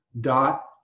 dot